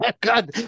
God